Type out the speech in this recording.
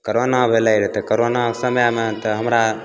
corona भेलै रऽ तऽ करोना समयमे तऽ हमरा